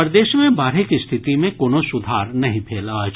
प्रदेश मे बाढ़िक स्थिति मे कोनो सुधार नहि भेल अछि